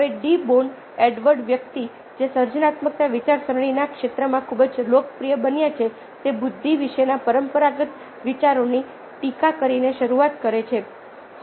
હવે de Bono Edward વ્યક્તિ જે સર્જનાત્મક વિચારસરણીના આ ક્ષેત્રમાં ખૂબ જ લોકપ્રિય બન્યા છે તે બુદ્ધિ વિશેના પરંપરાગત વિચારોની ટીકા કરીને શરૂઆત કરે છે